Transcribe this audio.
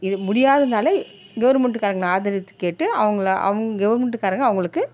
முடியாததினால கவுர்ன்மெண்ட்காரங்கள ஆதரித்து கேட்டு அவங்களா அவங்க கவர்ன்மெண்ட்காரங்க அவங்களுக்கு